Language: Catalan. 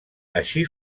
així